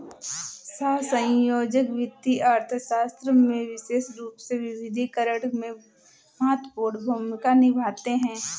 सहसंयोजक वित्तीय अर्थशास्त्र में विशेष रूप से विविधीकरण में महत्वपूर्ण भूमिका निभाते हैं